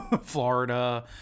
Florida